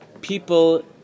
people